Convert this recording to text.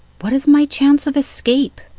what is my chance of escape?